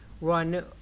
run